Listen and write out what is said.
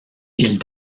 ils